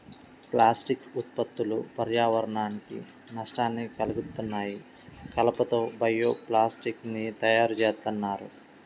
plastic ఉత్పత్తులు పర్యావరణానికి నష్టాన్ని కల్గిత్తన్నాయి, కలప తో బయో ప్లాస్టిక్ ని తయ్యారుజేత్తన్నారు